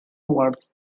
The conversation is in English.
towards